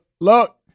Look